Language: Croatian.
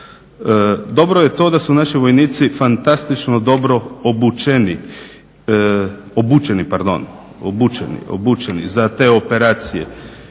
Dobro je to da su naši vojnici fantastično dobro obučeni za te operacije